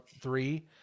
three